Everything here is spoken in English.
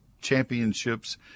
Championships